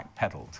backpedaled